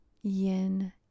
yin